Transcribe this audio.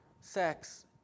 sex